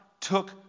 took